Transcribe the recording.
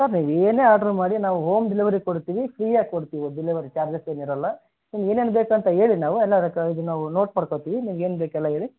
sir ನೀವು ಏನೇ order ಮಾಡಿ ನಾವು ಹೋಮ್ ಡಿಲಿವರಿ ಕೊಡ್ತೀವಿ ಫ್ರೀ ಆಗಿ ಕೊಡ್ತೀವಿ ಡಿಲಿವರಿ ಚಾರ್ಜಸ್ ಏನೂ ಇರೋಲ್ಲ ಸೊ ನಿಮ್ಗೆ ಏನೇನು ಬೇಕು ಅಂತ ಹೇಳಿ ನಾವು ಎಲ್ಲ ಅದ್ಕೆ ಇದು ನೋಟ್ ಮಾಡ್ಕೋತೀವಿ ನಿಮ್ಗೇನು ಬೇಕು ಎಲ್ಲ ಹೇಳಿ